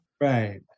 right